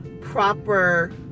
proper